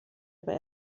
aber